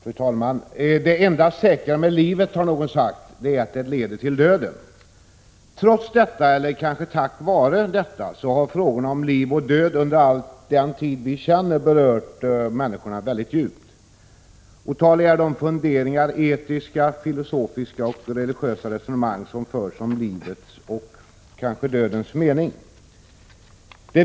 Fru talman! Det enda säkra med livet, har någon sagt, är att det leder till döden. Trots detta, eller kanske tack vare detta, har frågorna om liv och död under hela den tid vi känner berört människorna mycket djupt. Otaliga är de resonemang — etiska, filosofiska och religiösa — som har förts om livets och kanske dödens mening.